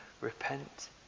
Repent